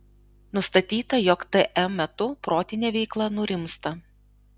nustatyta jog tm metu protinė veikla nurimsta